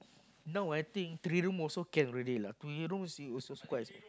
now I think three room also can already lah three room she also quite